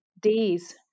days